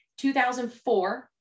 2004